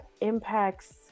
impacts